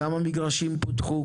כמה מגרשים פותחו?